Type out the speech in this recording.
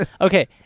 okay